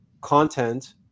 content